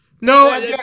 No